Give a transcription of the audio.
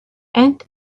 and